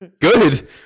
Good